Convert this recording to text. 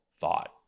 thought